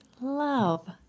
love